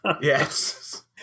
Yes